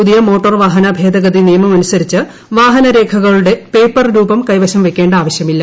പുതിയ മോട്ടാർ വാഹന ഭേദഗതി നിയമമനുസരിച്ച് വാഹന രേഖകളുടെ പേപ്പർ രൂപം കൈവശം വയ്ക്കേണ്ട ആവശ്യമില്ല